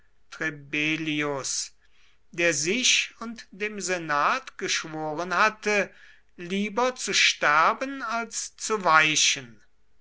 trebellius der sich und dem senat geschworen hatte lieber zu sterben als zu weichen